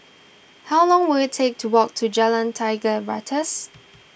how long will it take to walk to Jalan Tiga Ratus